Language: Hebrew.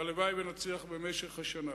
והלוואי שנצליח במשך השנה.